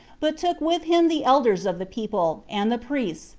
but took with him the elders of the people, and the priests,